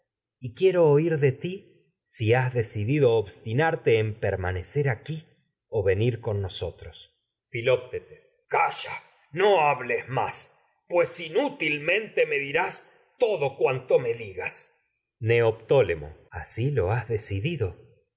ciertamente quiero de ti si has decidido obstinarte en permanecer aquí o venir con nosotros tragedias de sófocles filoctetes mente calla no hables me más pues inútil me dirás todo cuanto digas neoptólemo filoctetes da asi lo has decidido